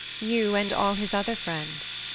you and all his other friends.